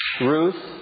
Ruth